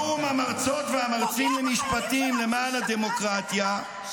פורום המרצות והמרצים למשפטים למען הדמוקרטיה --- פוגע בחיילים שלנו,